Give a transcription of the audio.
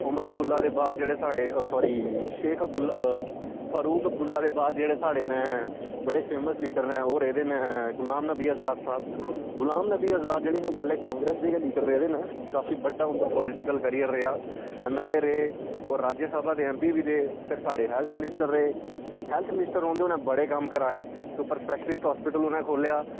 उमर अब्दुलला दे बाद जेह्ड़े साढ़े सारी शेख अब्दुल फरूक अब्दुल्ला दे बाद जेह्ड़े साढ़े न बड़े फेमस लीडर न ओह् रेह्दे न गुलाम नबी अजाद साह्ब गुलाम नबी अजाद जेह्ड़े हे ओह् पैह्ले कांग्रेस दे गै लीडर रेह्दे न काफी बड्डा उंदा पालिटिकल कैरियर रेहा ऐ एम एल ए रेह् होर राज्यसभा दे एमपी बी रेह् फिर साढ़े हैल्थ मिनिस्टर रेह् हैल्थ मिनिस्टर रौंह्दे उनें बड़े कम्म कराए सुपर स्पैशलिस्ट हास्पिटल उ'नें खोलेआ